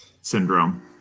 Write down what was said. syndrome